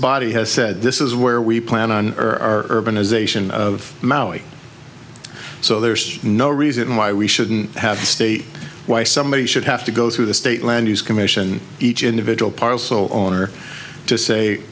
body has said this is where we plan on or are been ization of maui so there's no reason why we shouldn't have state why somebody should have to go through the state land use commission each individual parle so on or to say